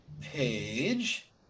page